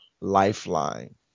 lifeline